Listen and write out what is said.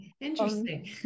Interesting